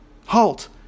Halt